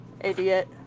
idiot